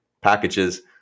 packages